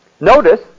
Notice